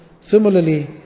Similarly